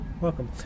welcome